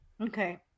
Okay